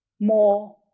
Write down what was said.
more